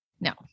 no